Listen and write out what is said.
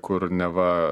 kur neva